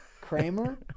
Kramer